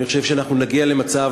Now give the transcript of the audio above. אני חושב שאנחנו נגיע למצב,